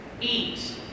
eat